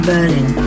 Berlin